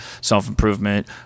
self-improvement